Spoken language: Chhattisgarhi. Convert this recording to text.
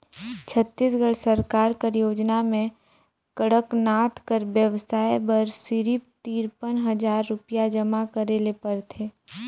छत्तीसगढ़ सरकार कर योजना में कड़कनाथ कर बेवसाय बर सिरिफ तिरपन हजार रुपिया जमा करे ले परथे